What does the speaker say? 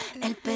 El